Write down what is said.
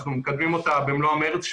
אנחנו מקדמים אותה במלוא המרץ.